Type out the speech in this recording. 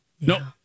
No